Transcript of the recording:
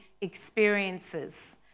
experiences